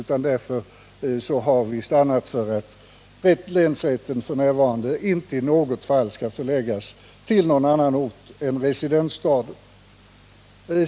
Därför har vi stannat för att länsrätten inte f. n. i något fall skall förläggas till annan ort än residensstad.